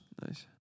Nice